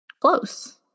close